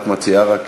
מה את מציעה?